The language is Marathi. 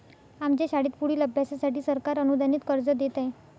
आमच्या शाळेत पुढील अभ्यासासाठी सरकार अनुदानित कर्ज देत आहे